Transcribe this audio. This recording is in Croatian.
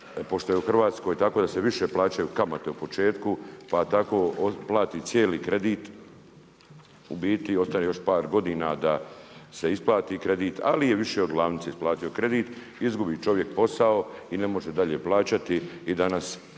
pošto je u Hrvatskoj tako da se više plaćaju kamate u početku, pa tako plati cijeli kredit, u biti ostane još par godina da se isplati kredit, ali je više od glavnice isplatio kredit, izgubi čovjek posao i ne može dalje plaćati i danas najviše